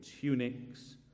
tunics